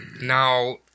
Now